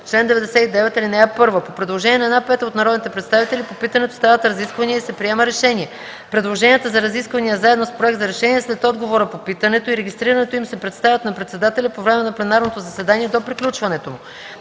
чл. 99: „Чл. 99. (1) По предложение на една пета от народните представители по питането стават разисквания и се приема решение. Предложенията за разисквания заедно с проект за решение след отговора по питането и регистрането им се представят на председателя по време на пленарното заседание до приключването му.